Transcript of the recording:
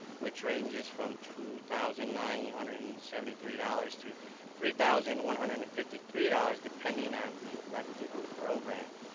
which ranges from two thousand nine hundred and seventy three dollars to three thousand one hundred and fifty three dollars, depending on the elective program.